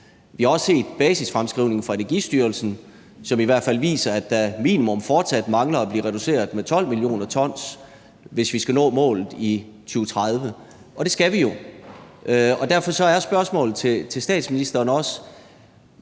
Vi har også set basisfremskrivningen fra Energistyrelsen, som i hvert fald viser, at der minimum fortsat mangler at blive reduceret med 12 mio. t, hvis vi skal nå målet i 2030. Og det skal vi jo. Derfor er spørgsmålet til statsministeren: